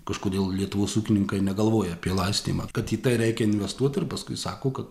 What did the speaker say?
kažkodėl lietuvos ūkininkai negalvoja apie laistymą kad į tai reikia investuot ir paskui sako kad